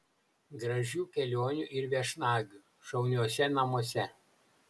gražių kelionių ir viešnagių šauniuose namuose